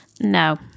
No